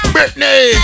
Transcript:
Britney